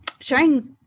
sharing